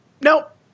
Nope